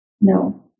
No